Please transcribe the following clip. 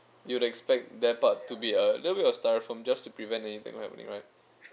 you would expect that part to be a little bit of styrofoam just to prevent anything from happening right